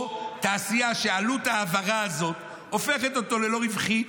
או תעשייה שעלות ההעברה הזאת הופכת אותה ללא רווחית,